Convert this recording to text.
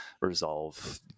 resolve